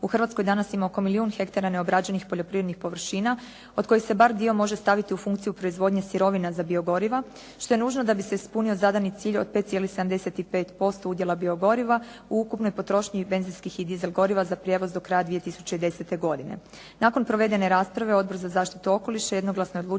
u Hrvatskoj danas ima oko milijun hektara neobrađenih poljoprivrednih površina od kojih se bar dio može staviti u funkciju proizvodnje sirovina za biogoriva, što je nužno da bi se ispunio zadani cilj od 5,75% udjela biogoriva u ukupnoj potrošnji benzinskih i dizel goriva za prijevoz do kraja 2010. godine.